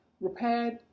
repaired